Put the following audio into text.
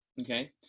Okay